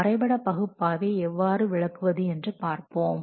வரைபட பகுப்பாய்வை எவ்வாறு விளக்குவது என்று பார்ப்போம்